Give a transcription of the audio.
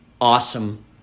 Awesome